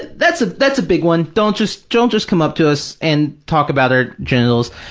and that's ah that's a big one, don't just don't just come up to us and talk about our genitals.